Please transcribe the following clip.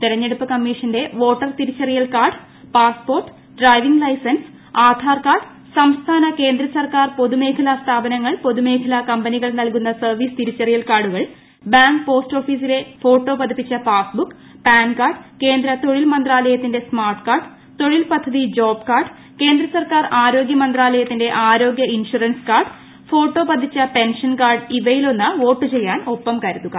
തെരഞ്ഞെടുപ്പ് കമ്മീഷന്റെ വോട്ടർ തിരിച്ചറിയൽ card passport driving licence Aadhaar card സംസ്ഥാന കേന്ദ്ര സർക്കാർ പൊതുമേഖലാ സ്ഥാപനങ്ങൾ പൊതുമേഖലാ കമ്പനികൾ നൽകുന്ന സർവ്വീസ് തിരിച്ചുറിയൽ കാർഡുകൾ ബാങ്ക്പോസ്റ്റ് ഓഫീസിലെ ഫോട്ടോ പതിച്ച പാസ്ബുക്ക് പാൻ കാർഡ് കേന്ദ്ര തൊഴിൽ മന്ത്രാലയത്തിന്റെ സ്മാർട്ട് കാർഡ് തൊഴിൽപദ്ധതി ജോബ് ിക്ടാർഡ് കേന്ദ്ര സർക്കാർ ആരോഗൃ മന്ത്രാലയ്ട്ടത്തിന്റെ ആരോഗൃ ഇൻഷുറൻസ് കാർഡ് ഫോട്ടോ പ്രതിച്ച് പെൻഷൻ കാർഡ് ഇവയിലൊന്ന് വോട്ട് ചെയ്യാൻ ഒപ്പം കരുതുക